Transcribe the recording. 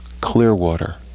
Clearwater